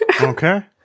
okay